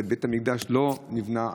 ובית המקדש עדיין לא נבנה.